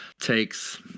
takes